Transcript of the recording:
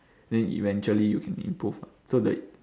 then eventually you can improve [what] so the